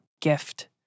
gift